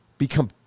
become